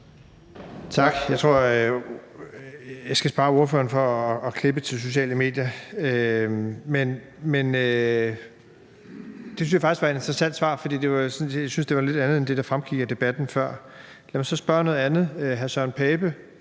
Tak. Jeg skal spare ordføreren for at klippe til sociale medier. Det synes jeg faktisk var et interessant svar, for det var et lidt andet end det, der fremgik af debatten før. Lad mig så spørge om noget andet: